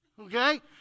Okay